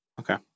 Okay